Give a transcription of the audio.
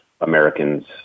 Americans